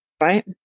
right